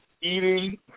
eating